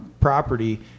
property